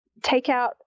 takeout